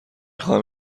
خواهم